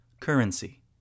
currency